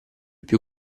più